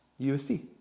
USD